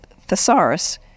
thesaurus